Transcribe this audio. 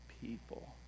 people